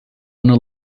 ano